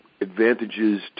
advantages